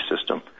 system